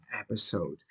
Episode